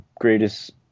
greatest